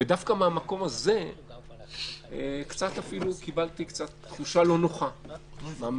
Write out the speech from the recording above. ודווקא מהמקום הזה קיבלתי קצת תחושה לא נוחה מהמערכות.